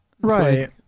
Right